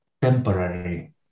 temporary